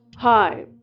Hi